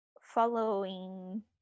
following